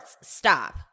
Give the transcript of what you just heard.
stop